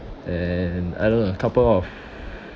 and I don't know lah couple of